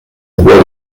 roi